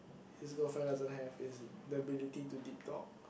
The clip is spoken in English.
his girlfriend doesn't have is the ability to detox